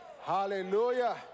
Hallelujah